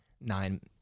nine